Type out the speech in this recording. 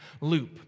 loop